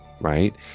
right